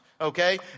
Okay